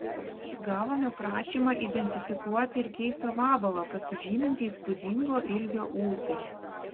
gavome prašymą identifikuoti ir keistą vabalą pasižymintį įspūdingo ilgio ūsais